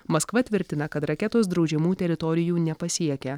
maskva tvirtina kad raketos draudžiamų teritorijų nepasiekia